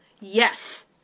Yes